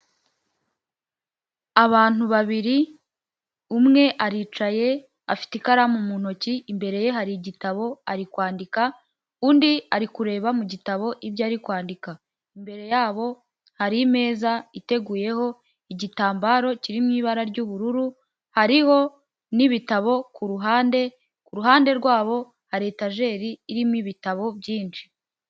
Abantu babiri, umwe aricaye afite ikaramu mu ntoki, imbere ye hari igitabo ari kwandika, undi ari kureba mu gitabo ibyo ari kwandika, imbere yabo hari meza iteguyeho igitambaro kiri mu ibara ry'ubururu, hariho n'ibitabo ku ruhande, ku ruhande rwabo hari etajeri irimo ibitabo byinshi.